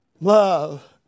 Love